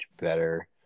better